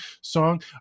song